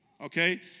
Okay